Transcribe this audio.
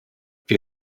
wir